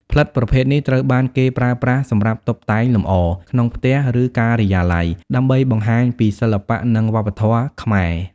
ផ្លិតប្រភេទនេះត្រូវបានគេប្រើប្រាស់សម្រាប់ តុបតែងលម្អ ក្នុងផ្ទះ ឬការិយាល័យ ដើម្បីបង្ហាញពីសិល្បៈនិងវប្បធម៌ខ្មែរ។